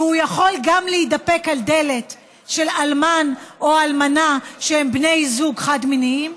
והוא יכול להתדפק גם על דלת של אלמן או אלמנה שהם בני זוג חד-מיניים,